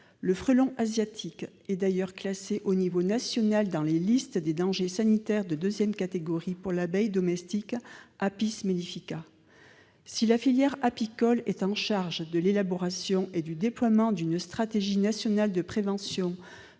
Le frelon asiatique est d'ailleurs classé à l'échelon national dans les listes des dangers sanitaires de deuxième catégorie pour l'abeille domestique- . Si la filière apicole est en charge de l'élaboration et du déploiement d'une stratégie nationale de prévention,